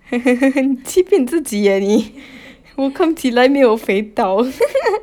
欺骗自己 ah 我看自己没有肥到